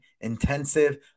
intensive